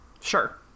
Sure